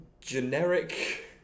generic